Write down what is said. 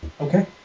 Okay